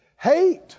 Hate